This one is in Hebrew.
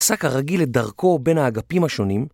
עשה כרגיל את דרכו בין האגפים השונים